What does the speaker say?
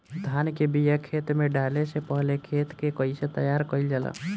धान के बिया खेत में डाले से पहले खेत के कइसे तैयार कइल जाला?